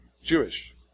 Jewish